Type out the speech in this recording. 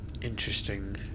interesting